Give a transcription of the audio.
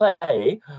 play